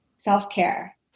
Self-care